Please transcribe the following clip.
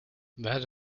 that